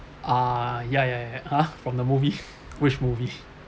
ah ya ya ya ah from the movie which movie